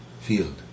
field